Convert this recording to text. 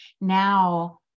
now